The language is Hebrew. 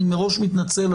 אני מראש מתנצל,